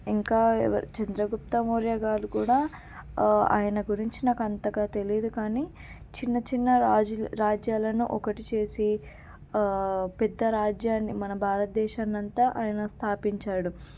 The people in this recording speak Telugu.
ఇంకా ఎవ చంద్రగుప్త మౌర్య గారు కూడా ఆయన గురించి నాకంతగా తెలియదు కానీ చిన్న చిన్న రాజులు రాజ్యాలను ఒకటి చేసి పెద్ద రాజ్యాన్ని మన భారతదేశాన్నంతా ఆయన స్థాపించాడు